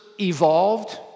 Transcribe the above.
evolved